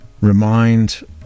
Remind